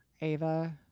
Ava